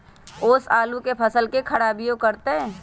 ओस आलू के फसल के खराबियों करतै?